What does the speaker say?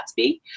Gatsby